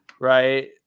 right